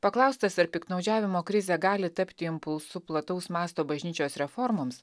paklaustas ar piktnaudžiavimo krizė gali tapti impulsu plataus masto bažnyčios reformoms